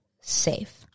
safe